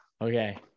okay